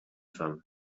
femme